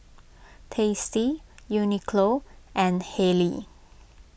Tasty Uniqlo and Haylee